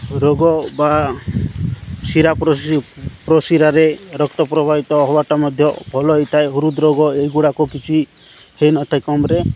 ରୋଗ ବା ସିରା ପ୍ରସିିରାରେ ରକ୍ତ ପ୍ରବାହିିତ ହେବାଟା ମଧ୍ୟ ଭଲ ହୋଇଥାଏ ହୃଦରୋଗ ଏହିଗୁଡ଼ାକ କିଛି ହୋଇନଥାଏ କମ୍ରେ